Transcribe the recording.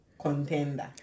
contender